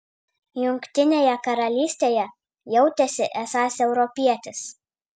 jungtinėje karalystėje jautėsi esąs europietis